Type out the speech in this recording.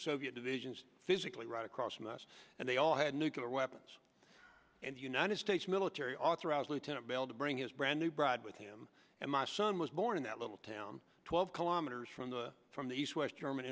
soviet divisions physically right across from us and they all had nuclear weapons and the united states military authorized lieutenant bell to bring his brand new bride with him and my son was born in that little town twelve kilometers from the from the east west german